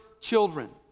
children